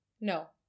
No